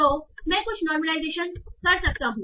तो मैं कुछ नॉर्मलाइजेशन कर सकता हूं